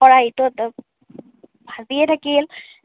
খৰাহীটোত ভাজিয়ে থাকিল